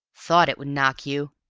thought it would knock you,